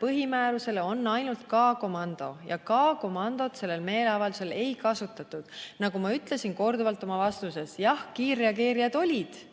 põhimäärusele ainult K‑komando ja K‑komandot sellel meeleavaldusel ei kasutatud. Nagu ma ütlesin korduvalt oma vastuses: jah, kiirreageerijad olid.